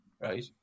right